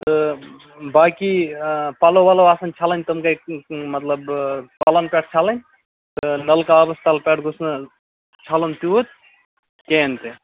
تہٕ باقٕے پَلو وَلو آسن چھلٕنۍ تِم گٔے مطلب پَلن پٮ۪ٹھ چھلٕنۍ تہٕ نَلکہٕ آبَس پٮ۪ٹھ تَتھ گوٚژھ نہٕ چھلُن تیوٗت کِہینۍ تہِ